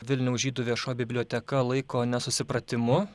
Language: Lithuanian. vilniaus žydų viešoji biblioteka laiko nesusipratimu